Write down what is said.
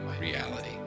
reality